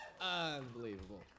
unbelievable